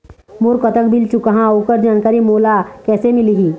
मोर कतक बिल चुकाहां ओकर जानकारी मोला कैसे मिलही?